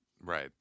Right